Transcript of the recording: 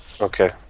okay